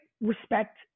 respect